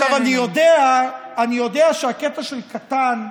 אני יודע שהקטע של קטן,